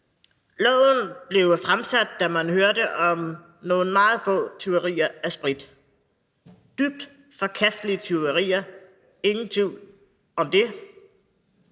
blev fremsat, da man hørte om nogle meget få tyverier af sprit – dybt forkastelige tyverier, ingen tvivl om det